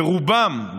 ורובם,